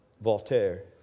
Voltaire